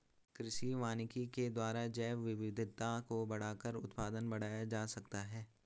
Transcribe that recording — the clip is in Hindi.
कृषि वानिकी के द्वारा जैवविविधता को बढ़ाकर उत्पादन बढ़ाया जा सकता है